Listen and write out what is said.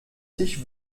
tisch